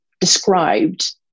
described